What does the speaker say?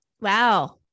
Wow